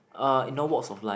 uh in all walks of life